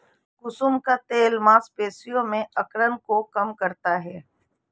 कुसुम का तेल मांसपेशियों में अकड़न को कम करता है